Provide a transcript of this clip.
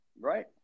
Right